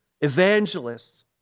evangelists